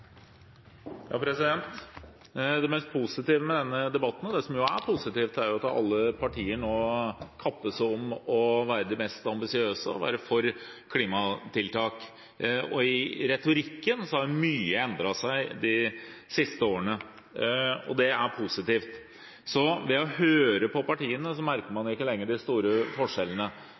Det mest positive med denne debatten – og det som er positivt – er at alle partier nå kappes om å være det mest ambisiøse og om å være for klimatiltak. I retorikken har mye endret seg de siste årene, og det er positivt. Ved å høre på partiene merker man ikke lenger de store forskjellene.